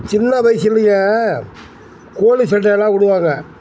சின்ன வயசுலேயே கோழி சண்டையெல்லாம் விடுவாங்க